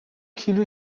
کیلو